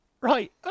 right